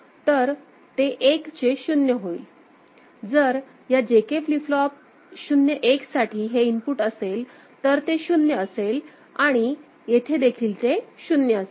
तर ते 1 चे 0 होईल जर या JK फ्लिप फ्लॉप साठी 0 1 हे इनपुट असेल तर ते 0 असेल आणि येथे देखील ते 0 असेल